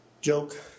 joke